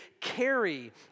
carry